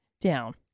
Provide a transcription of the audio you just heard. Down